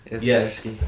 Yes